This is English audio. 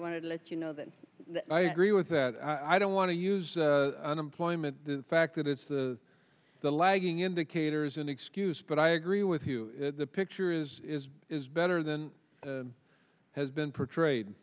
want to let you know that i agree with that i don't want to use unemployment the fact that it's the the lagging indicators an excuse but i agree with you the picture is better than has been portrayed